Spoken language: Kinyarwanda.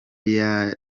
yageraga